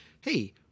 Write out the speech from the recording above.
hey